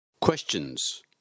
questions